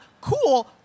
cool